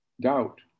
doubt